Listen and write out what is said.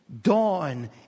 dawn